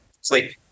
sleep